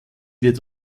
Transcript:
wird